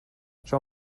schau